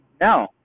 No